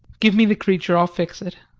give me the creature. i'll fix it.